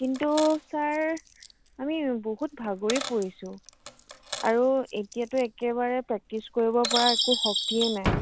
কিন্তু ছাৰ আমি বহুত ভাগৰি পৰিছোঁ আৰু এতিয়াতো একেবাৰে একো প্ৰেক্টিছ কৰিব পৰা একো শক্তিয়ে নাই